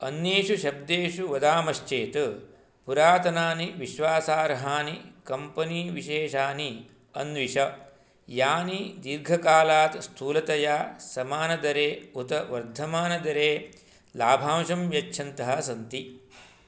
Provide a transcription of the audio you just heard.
अन्येषु शब्देषु वदामश्चेत् पुरातनानि विश्वासार्हानि कम्पनी विशेषानि अन्विष यानि दीर्घकालात् स्थूलतया समानदरे उत वर्धमानदरे लाभांशं यच्छन्तः सन्ति